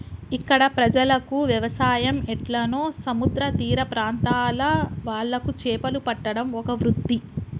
ఇక్కడ ప్రజలకు వ్యవసాయం ఎట్లనో సముద్ర తీర ప్రాంత్రాల వాళ్లకు చేపలు పట్టడం ఒక వృత్తి